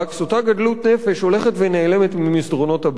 "אותה גדלות נפש הולכת ונעלמת ממסדרונות הבית.